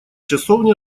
часовни